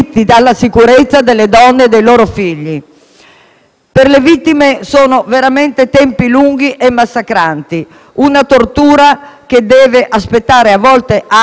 Per le vittime sono veramente tempi lunghi e massacranti: una tortura che deve aspettare a volte anni per arrivare a un provvedimento definitivo.